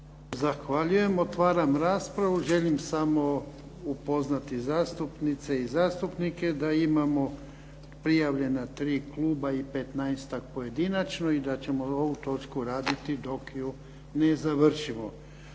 Zahvaljujem. Otvaram raspravu. Želim samo upoznati zastupnice i zastupnike da imamo prijavljena tri kluba i 15-tak pojedinačno i da ćemo ovu točku raditi dok ju ne završimo.